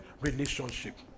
relationship